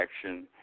action